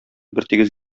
бертигез